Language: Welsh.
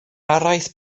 araith